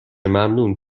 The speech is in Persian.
ممنون